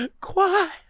quiet